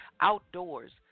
outdoors